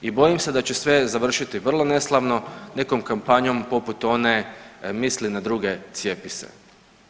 I bojim se da će sve završiti vrlo neslavno nekom kampanjom poput one „Misli na druge, cijepi se“